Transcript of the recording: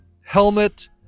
Helmet